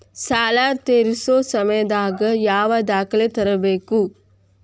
ಸಾಲಾ ತೇರ್ಸೋ ಸಮಯದಾಗ ಯಾವ ದಾಖಲೆ ತರ್ಬೇಕು?